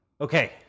Okay